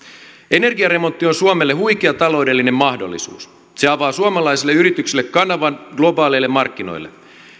energiaremontti on suomelle huikea taloudellinen mahdollisuus se avaa suomalaisille yrityksille kanavan globaaleille markkinoille